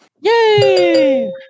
Yay